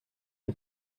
and